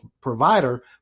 provider